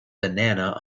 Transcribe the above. banana